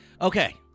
Okay